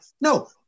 no